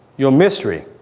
your mystery,